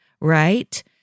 right